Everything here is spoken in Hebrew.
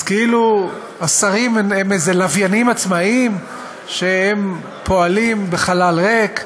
אז כאילו השרים הם איזה לוויינים עצמאיים שפועלים בחלל ריק,